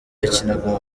yakinaga